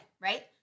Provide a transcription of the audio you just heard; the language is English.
right